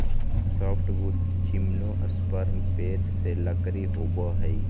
softwood gymnosperm पेड़ से लकड़ी होबो हइ